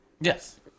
Yes